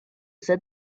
said